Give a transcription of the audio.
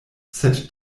sed